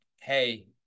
Hey